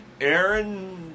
Aaron